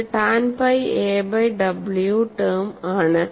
ഇത് tan pi a by w term ആണ്